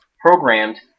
programmed